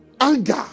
Anger